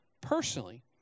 personally